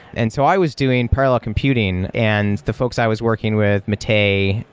and so i was doing parallel computing and the folks i was working with, matei,